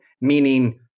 Meaning